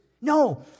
No